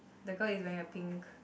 the girl is wearing a pink